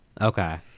Okay